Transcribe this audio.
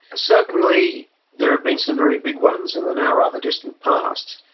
certainly there have been some very big ones in the now rather distant past.